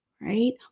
right